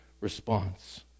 response